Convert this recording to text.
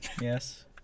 Yes